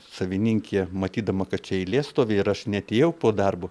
savininkė matydama kad čia eilė stovi ir aš neatėjau po darbo